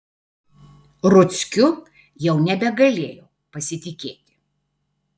ruckiu jau nebegalėjau pasitikėti